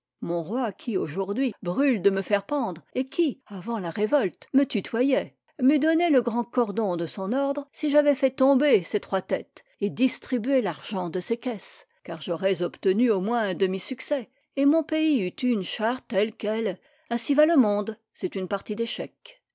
mon roi qui aujourd'hui brûle de me faire pendre et qui avant la révolte me tutoyait m'eût donné le grand cordon de son ordre si j'avais fait tomber ces trois têtes et distribuer l'argent de ces caisses car j'aurais obtenu au moins un demi-succès et mon pays eût eu une charte telle quelle ainsi va le monde c'est une partie d'échecs